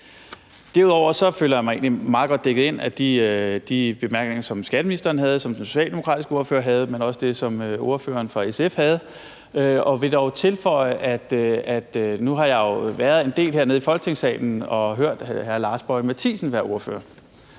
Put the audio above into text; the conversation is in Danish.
Derudover føler mig egentlig meget godt dækket ind af de bemærkninger, som skatteministeren havde, som den socialdemokratiske ordfører havde, men også af det, som ordføreren for SF sagde. Jeg vil dog tilføje, at jeg nu har været i en debat hernede i Folketingssalen og hørt på hr. Lars Boje Mathiesen en del som ordfører,